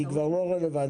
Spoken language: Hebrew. היא כבר לא רלוונטית,